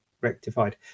rectified